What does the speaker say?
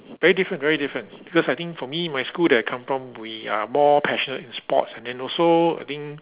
very different very different because I think for me my school that I come from we are more passionate in sports and then also I think